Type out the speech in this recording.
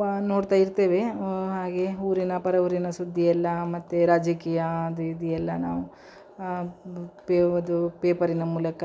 ವಾ ನೋಡ್ತಾ ಇರ್ತೇವೆ ಹಾಗೆ ಊರಿನ ಪರವೂರಿನ ಸುದ್ದಿಯೆಲ್ಲಾ ಮತ್ತು ರಾಜಕೀಯ ಅದು ಇದು ಎಲ್ಲ ನಾವು ಪೇ ವದೂ ಪೇಪರಿನ ಮೂಲಕ